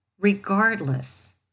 regardless